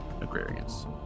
Agrarians